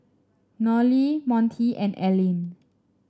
Nolie Montie and Ellyn